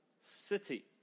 city